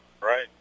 Right